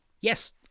yes